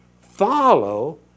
follow